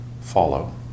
follow